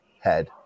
head